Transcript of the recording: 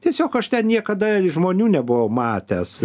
tiesiog aš ten niekada žmonių nebuvau matęs